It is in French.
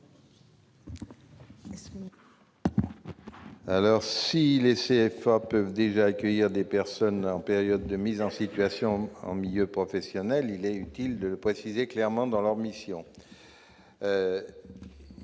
? Les CFA peuvent déjà accueillir des personnes en période de mise en situation en milieu professionnel, mais il est utile de le préciser clairement dans leur mission,